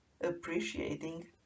appreciating